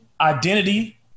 identity